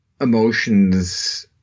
emotions